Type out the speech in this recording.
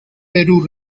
peru